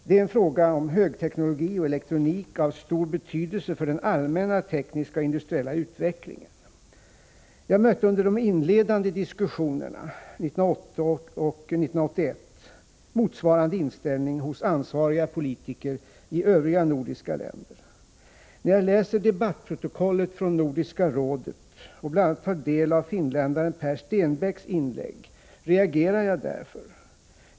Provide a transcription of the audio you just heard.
Det handlar om högteknologi och elektronik av stor betydelse för allmän teknisk och industriell utveckling. Jag mötte under de inledande diskussionerna år 1980 och 1981 motsvarande inställning hos ansvariga politiker i övriga nordiska länder. När jag läser debattprotokollet från nordiska rådet och bl.a. tar del av finländaren Pär Stenbäcks inlägg, reagerar jag därför.